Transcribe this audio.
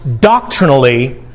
doctrinally